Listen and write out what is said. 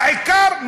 העיקר,